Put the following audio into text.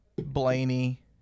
Blaney